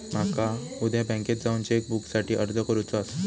माका उद्या बँकेत जाऊन चेक बुकसाठी अर्ज करुचो आसा